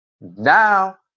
Now